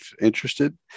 interested